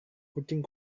kucing